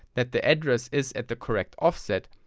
that the address is at the correct offset,